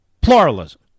pluralism